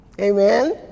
Amen